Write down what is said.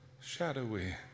shadowy